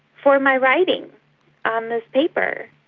for my writing on this paper.